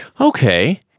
Okay